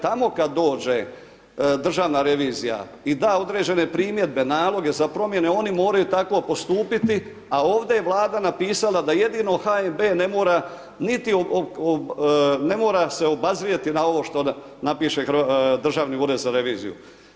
Tamo kad dođe državna revizija i da određene primjedbe, naloge za promjene, oni moraju tako postupiti, a ovdje je Vlada napisala da jedino HNB ne mora niti ne mora se obazrijeti na ovo što napiše Državni ured za reviziju.